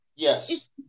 Yes